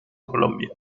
colombia